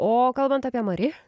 o kalbant apie mari